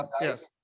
Yes